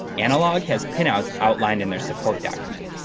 analogue has pinouts outlined in their support documents.